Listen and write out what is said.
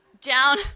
down